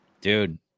Dude